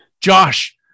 Josh